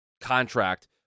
contract